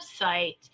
website